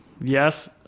yes